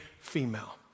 female